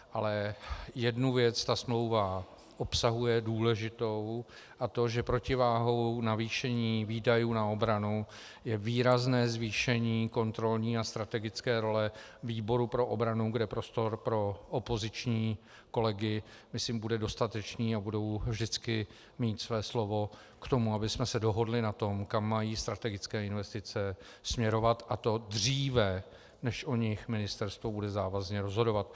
Ale jednu důležitou věc ta smlouva obsahuje, a to že protiváhou navýšení výdajů na obranu je výrazné zvýšení kontrolní a strategické role výboru pro obranu, kde prostor pro opoziční kolegy bude, myslím, dostatečný a budou vždycky mít své slovo k tomu, abychom se dohodli na tom, kam mají strategické investice směrovat, a to dříve, než o nich ministerstvo bude závazně rozhodovat.